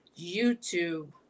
YouTube